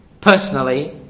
personally